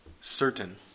certain